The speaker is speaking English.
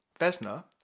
Vesna